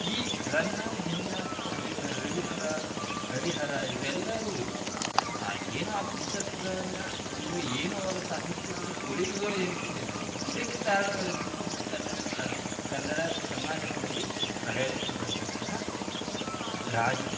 ಈ ರನ್ನ ಜನ್ನ ರವಿಹರ ಹರಿಹರ ಇವರೆಲ್ಲರೂ ಆ ಏನು ಆ ಪುಸ್ತಕಗಳನ್ನು ಅಂದರೆ ಏನು ಅವರ ಸಾಹಿತ್ಯಗತ ಕೊಡಿಗೆಗಳ್ ಏನು ಕೊಟ್ಟಿದ್ದಾರೆ ಇದಕ್ಕೆ ಕಾರಣವಾಗಿದಂಥದ್ದು ಕನ್ನಡ ಸಾಹಿ ಕನ್ನಡ ಕರ್ನಾಟಕದಲ್ಲಿ ಆಡಳಿತ ಮಾಡಿದಂತಹ ರಾಜರು